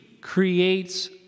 creates